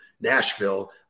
Nashville